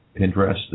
Pinterest